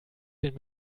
den